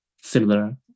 similar